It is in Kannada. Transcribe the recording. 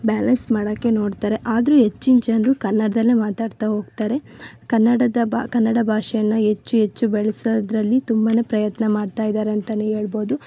ಬ್ಯಾಲೆನ್ಸ್ ಮಾಡೋಕ್ಕೆ ನೋಡ್ತಾರೆ ಆದರು ಹೆಚ್ಚಿನ ಜನರು ಕನ್ನಡದಲ್ಲೆ ಮಾತಾಡ್ತಾ ಹೋಗ್ತಾರೆ ಕನ್ನಡದ ಬಾ ಕನ್ನಡ ಭಾಷೆಯನ್ನು ಹೆಚ್ಚು ಹೆಚ್ಚು ಬೆಳೆಸೋದ್ರಲ್ಲಿ ತುಂಬನೆ ಪ್ರಯತ್ನ ಮಾಡ್ತಾಯಿದ್ದಾರೆ ಅಂತೆಯೇ ಹೇಳ್ಬೋದು